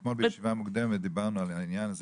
אתמול בישיבה המקדימה דיברנו על העניין הזה